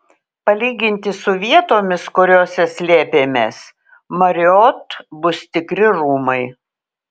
palyginti su vietomis kuriose slėpėmės marriott bus tikri rūmai